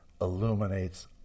illuminates